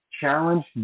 challenge